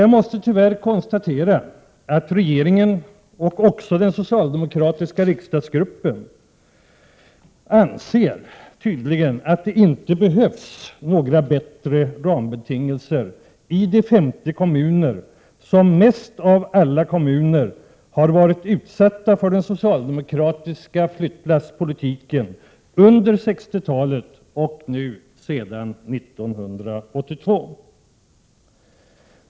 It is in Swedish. Jag måste tyvärr konstatera att regeringen och också den socialdemokratiska riksdagsgruppen tydligen anser att det inte behövs några bättre rambetingelser i de 50 kommuner som mest av alla kommuner har utsatts för den socialdemokratiska flyttlasspolitiken under 60-talet och på senare tid alltsedan 1982.